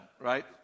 right